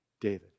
David